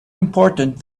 important